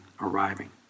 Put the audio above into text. arriving